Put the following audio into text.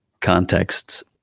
contexts